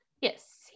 Yes